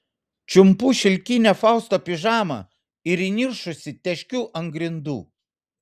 čiumpu šilkinę fausto pižamą ir įniršusi teškiu ant grindų